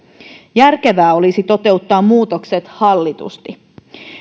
järkevää olisi toteuttaa muutokset hallitusti